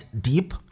deep